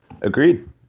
Agreed